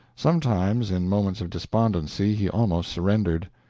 sometimes, in moments of despondency, he almost surrendered.